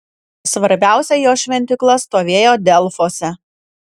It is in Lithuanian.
svarbiausia jo šventykla stovėjo delfuose